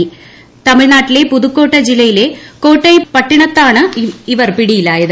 സേനയുടെ തമിഴ്നാട്ടിലെ പുതുകോട്ട ജില്ലയിലെ കോട്ടൈ പട്ടിണത്താണ് ഇവർ പിടിയിലായത്